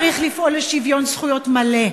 צריך לפעול לשוויון זכויות מלא,